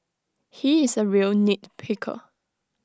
he is A real nit picker